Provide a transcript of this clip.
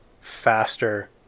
faster